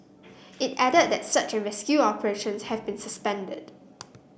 it added that search and rescue operations have been suspended